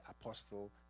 apostle